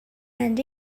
and